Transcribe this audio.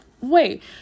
Wait